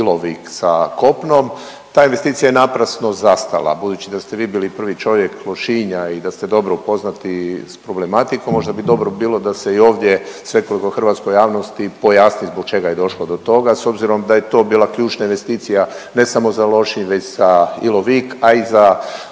Ilovik sa kopnom. Ta investicija je naprasno zastala. Budući da ste vi bili prvi čovjek Lošinja i da ste dobro upoznati s problematikom možda bi dobro bilo da se i ovdje svekolikoj hrvatskoj javnosti pojasni zbog čega je došlo do toga s obzirom da je to bila ključna investicija ne samo za Lošinj već za Ilovik, a i za